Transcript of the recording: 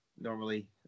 normally